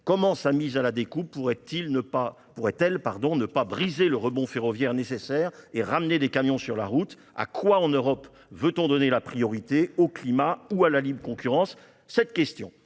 Comment la mise à la découpe de cette entreprise pourrait-elle ne pas briser le rebond ferroviaire nécessaire et ramener des camions sur les routes ? À quoi en Europe veut-on donner la priorité ? Au climat ou à la libre concurrence ? Cette question